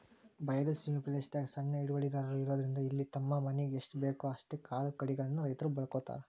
ಬಯಲ ಸೇಮಿ ಪ್ರದೇಶದಾಗ ಸಣ್ಣ ಹಿಡುವಳಿದಾರರು ಇರೋದ್ರಿಂದ ಇಲ್ಲಿ ತಮ್ಮ ಮನಿಗೆ ಎಸ್ಟಬೇಕೋ ಅಷ್ಟ ಕಾಳುಕಡಿಗಳನ್ನ ರೈತರು ಬೆಳ್ಕೋತಾರ